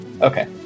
Okay